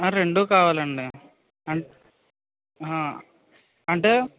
రెండు కావాలండి అంటే